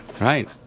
Right